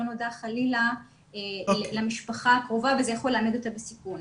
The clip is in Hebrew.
נודע חלילה למשפחה הקרובה וזה יכול להעמיד אותה בסיכון.